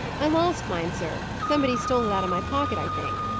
i lost mine, sir somebody stole it out of my pocket, i think.